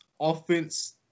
offense